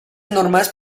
normas